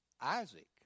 Isaac